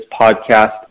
podcast